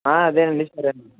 అదే అండి సరే